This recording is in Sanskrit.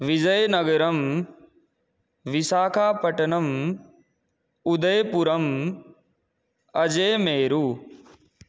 विजयनगरम् विशाखापटनम् उदयपुरम् अजयमेरुः